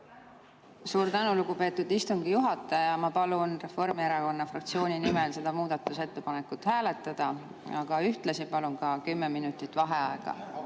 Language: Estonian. Suur tänu, lugupeetud istungi juhataja! Ma palun Reformierakonna fraktsiooni nimel seda muudatusettepanekut hääletada ja ühtlasi palun ka kümme minutit vaheaega.